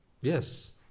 yes